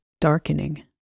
darkening